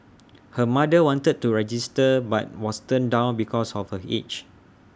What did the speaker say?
her mother wanted to register but was turned down because of her age